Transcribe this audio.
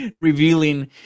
revealing